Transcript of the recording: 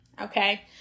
okay